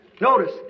Notice